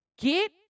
Get